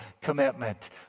commitment